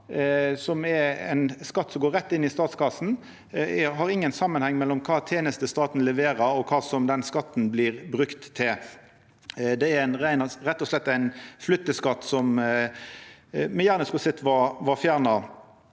ein skatt som går rett inn i statskassa. Det er ingen samanheng mellom kva teneste staten leverer, og kva den skatten blir brukt til. Det er rett og slett ein flytteskatt som me gjerne skulle ha sett var fjerna.